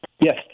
Yes